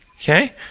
Okay